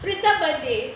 pritam birthday